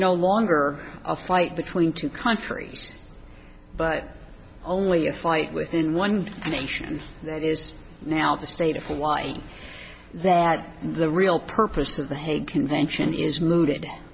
no longer a fight between two countries but only a fight within one nation that is now the state of hawaii that the real purpose of the hague convention is